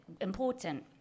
important